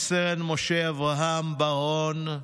רב-סרן משה אברהם בר-און,